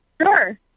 Sure